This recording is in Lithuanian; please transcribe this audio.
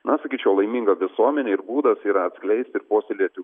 na sakyčiau laiminga visuomenė ir būdas yra atskleist ir puoselėti